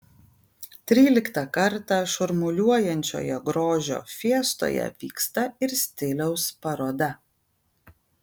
tryliktą kartą šurmuliuojančioje grožio fiestoje vyksta ir stiliaus paroda